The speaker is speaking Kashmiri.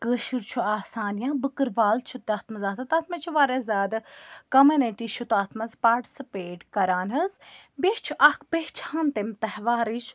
کٲشُر چھُ آسان یا بٔکٕروال چھُ تَتھ منٛز آسان تَتھ منٛز چھِ واریاہ زیادٕ کوٚمنٹی چھُ تَتھ منٛز پارٹسِپیٹ کَران حظ بیٚیہِ چھِ اَکھ پہچان تَمہِ تہوارٕچ